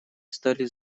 стали